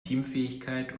teamfähigkeit